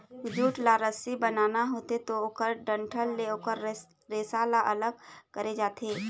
jute ल रस्सी बनाना होथे त ओखर डंठल ले ओखर रेसा ल अलग करे जाथे